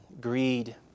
greed